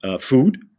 food